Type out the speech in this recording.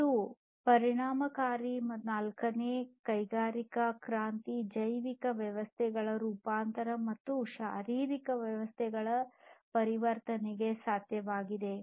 ಇದರ ಪರಿಣಾಮವಾಗಿ ಈ ನಾಲ್ಕನೇ ಕೈಗಾರಿಕಾ ಕ್ರಾಂತಿ ಜೈವಿಕ ವ್ಯವಸ್ಥೆಗಳ ರೂಪಾಂತರ ಮತ್ತು ಶಾರೀರಿಕ ವ್ಯವಸ್ಥೆಗಳಲ್ಲಿ ಪರಿವರ್ತನೆ ಸಾಧ್ಯವಾಗಿದೆ